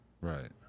Right